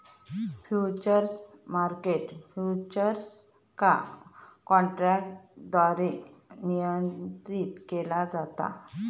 futures market futures का काँट्रॅकद्वारे नियंत्रीत केला जाता